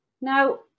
Now